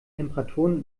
temperaturen